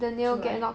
出来